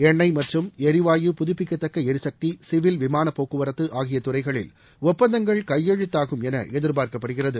எண்ணெய் மற்றும் எரிவாயு புதுப்பிக்கத்தக்க எரிசக்தி சிவில் விமானப் போக்குவரத்து ஆகிய துறைகளில் ஒப்பந்தங்கள் கையெழுத்தாகும் என எதிர்பார்க்கப்படுகிறது